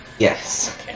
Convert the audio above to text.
Yes